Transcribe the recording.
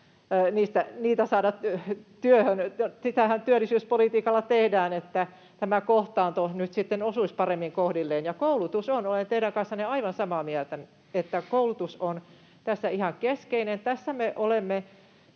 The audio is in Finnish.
asuvia saada työhön. Sitähän työllisyyspolitiikalla tehdään, että tämä kohtaanto nyt sitten osuisi paremmin kohdilleen, ja olen teidän kanssanne aivan samaa mieltä, että koulutus on tässä ihan keskeinen. Tässä me olemme